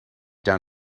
down